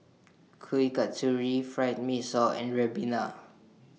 Kuih Kasturi Fried Mee Sua and Ribena